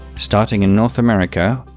starting in north america,